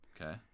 Okay